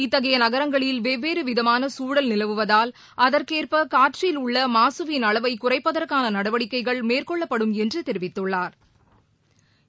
இத்தகைய நகரங்களில் வெவ்வேறு விதமான சூழல் நிலவுவதால் அதற்கேற்ப காற்றில் உள்ள மாசுவின் அளவை குறைப்பதற்கான நடவடிக்கைகள் மேற்கொள்ளப்படும் என்று தெரிவித்துள்ளாா்